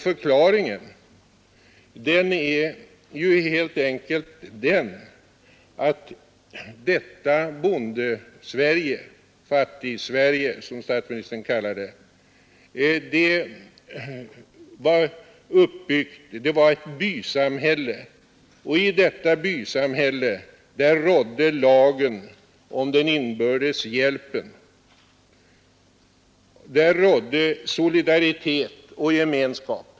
Förklaringen är ju helt enkelt den att detta Bondesverige — Fattigsverige som statsministern kallar det — var ett bysamhälle, och i detta bysamhälle rådde lagen om den inbördes hjälpen, där rådde solidaritet och gemenskap.